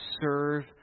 serve